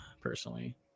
personally